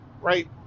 right